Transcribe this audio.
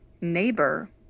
neighbor